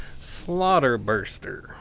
Slaughterburster